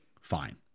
fine